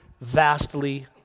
vastly